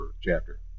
chapter